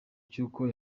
cy’uko